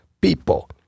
people